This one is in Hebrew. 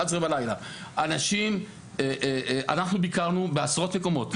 23:00. אנחנו ביקרנו בעשרות מקומות.